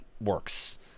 works